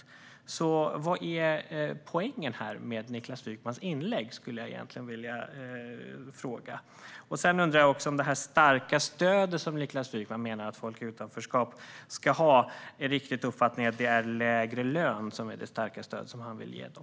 Jag skulle vilja fråga: Vad är poängen med Niklas Wykmans inlägg? Niklas Wykman talar om det starka stöd som folk i utanförskap ska ha. Är det riktigt att lägre lön är det starka stöd som han vill ge dem?